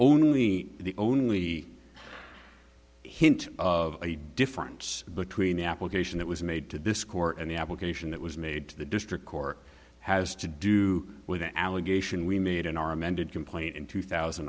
only the only hint of a difference between the application that was made to this court and the application that was made to the district court has to do with the allegation we made in our amended complaint in two thousand